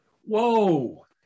whoa